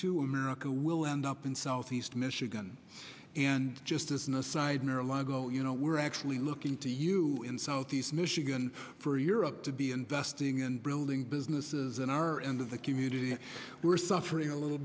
to america will end up in southeast michigan and just as an aside maryland go you know we're actually looking to you in southeast michigan for europe to be investing and building businesses and our end of the community we're suffering a little